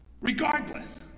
Regardless